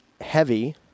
heavy